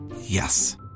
Yes